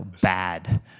bad